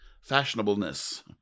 fashionableness